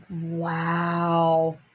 Wow